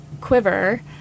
quiver